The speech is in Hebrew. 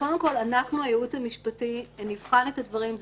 קודם כול, אנחנו הייעוץ המשפטי נבחן את הדברים.